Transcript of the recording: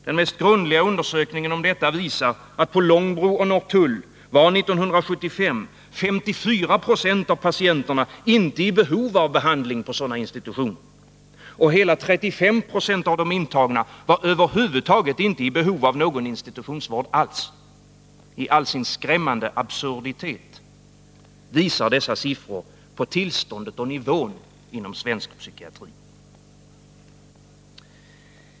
Den mest grundliga undersökningen om detta visar att på Långbro och Norrtull år 1975 var 54 96 av patienterna inte i behov av behandling på sådana institutioner. Och hela 35 96 av de intagna var över huvud taget inte i behov av någon institutionsvård alls. I all sin skrämmande absurditet visar dessa siffror på tillståndet och nivån inom svensk psykiatri.